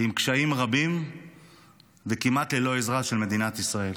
עם קשיים רבים וכמעט ללא עזרה של מדינת ישראל.